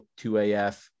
2AF